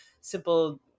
simple